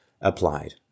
applied